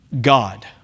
God